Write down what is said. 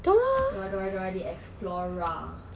dora dora dora the explorer